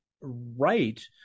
right